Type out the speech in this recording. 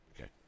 Okay